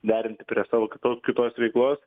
derinti prie savo kito kitos veiklos